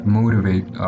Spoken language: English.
motivate